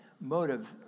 motive